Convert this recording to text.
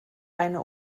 eine